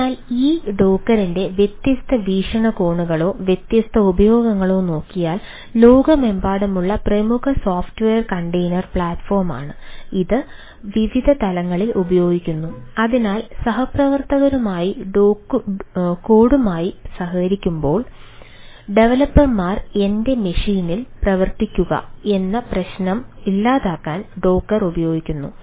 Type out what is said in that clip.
അതിനാൽ ഈ ഡോക്കറിന്റെ ഉപയോഗിക്കുന്നു